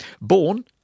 Born